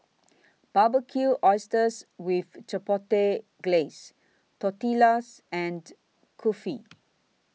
Barbecued Oysters with Chipotle Glaze Tortillas and Kulfi